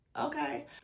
Okay